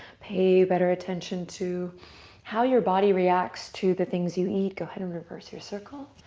pay better attention to how your body reacts to the things you eat. go ahead and reverse your circle,